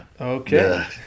okay